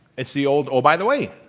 it's the old or by the way